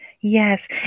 Yes